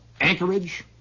Anchorage